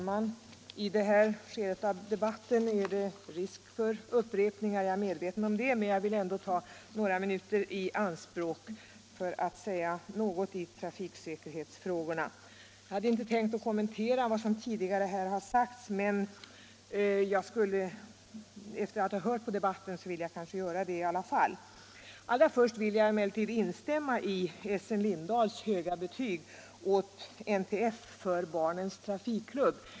Herr talman! Trots att jag är medveten om att det i detta skede av debatten är risk för upprepningar vill jag ta några minuter i anspråk för att säga ett par ord i trafiksäkerhetsfrågorna. Jag hade inte tänkt kommentera vad som har anförts tidigare i debatten, men efter att ha lyssnat till den vill jag ändå göra det. Allra först vill jag emellertid instämma i Essen Lindahls i Lidingö höga betyg åt NTF för Barnens trafikklubb.